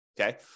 Okay